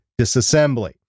disassembly